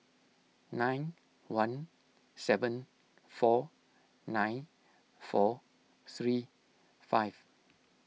nine one seven four nine four three five